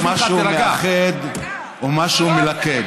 בכל זאת משהו מאחד ומשהו מלכד.